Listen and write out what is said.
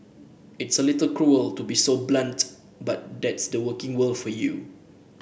it's a little cruel to be so blunt but that's the working world for you